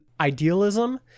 idealism